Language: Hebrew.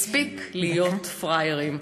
מספיק להיות פראיירים.